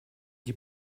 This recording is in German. die